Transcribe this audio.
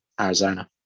Arizona